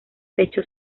pecho